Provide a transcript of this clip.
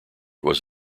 was